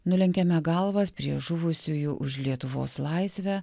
nulenkiame galvas prie žuvusiųjų už lietuvos laisvę